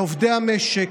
לעובדי המשק,